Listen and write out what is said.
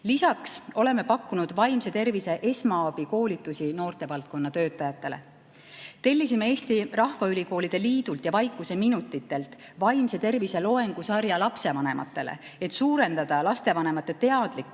Lisaks oleme pakkunud vaimse tervise esmaabikoolitusi noortevaldkonna töötajatele. Tellisime Eesti Rahvaülikoolide Liidult ja Vaikuseminutitelt vaimse tervise loengusarja lapsevanematele, et suurendada lastevanemate teadlikkust